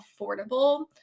affordable